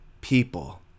people